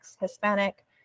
Hispanic